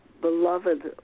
beloved